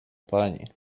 pani